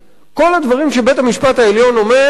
כל הדברים שבית-המשפט העליון אומר,